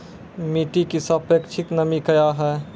मिटी की सापेक्षिक नमी कया हैं?